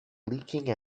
leaking